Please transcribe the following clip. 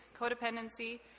codependency